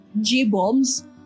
j-bombs